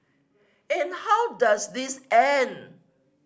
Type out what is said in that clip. and how does this end